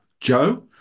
Joe